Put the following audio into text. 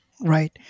Right